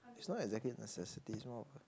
it's not exactly a necessity it's more of a